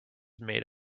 made